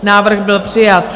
Návrh byl přijat.